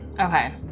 Okay